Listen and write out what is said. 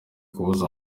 kubuza